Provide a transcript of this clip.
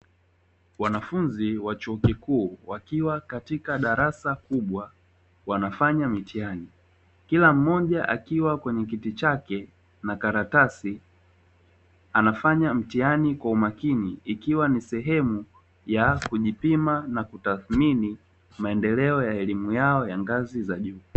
Wanafunzi wa chuo kikuu wakiwa katika darasa kubwa, wanafanya mtihani. Kila mmoja akiwa kwenye kiti chake na karatasi, anafanya mtihani kwa umakini, ikiwa ni sehemu ya kijupiam na kutathmini maendeleo ya elimu yao ya ngazo za juu.